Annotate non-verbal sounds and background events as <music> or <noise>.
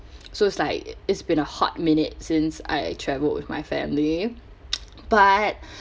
so it's like it's been a hot minute since I travel with my family <noise> but